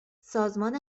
سازمان